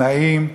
תנאים,